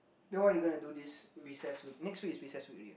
then what you going to do this recess week next week is recess week already ah